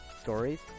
stories